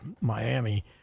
Miami